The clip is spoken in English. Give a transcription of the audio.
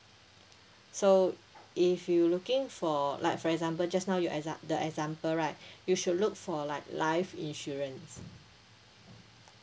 so if you looking for like for example just now your exa~ the example right you should look for like life insurance